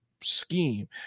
scheme